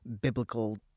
Biblical